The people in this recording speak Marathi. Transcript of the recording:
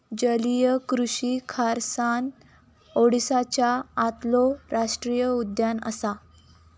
जलीय कृषि खारसाण ओडीसाच्या आतलो राष्टीय उद्यान असा